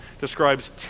describes